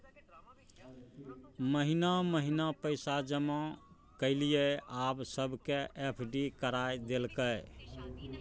महिना महिना पैसा जमा केलियै आब सबके एफ.डी करा देलकै